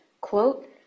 quote